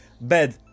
bad